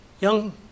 Young